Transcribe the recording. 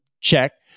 Check